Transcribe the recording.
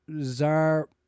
Zar